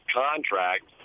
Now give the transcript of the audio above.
contract